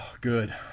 Good